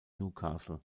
newcastle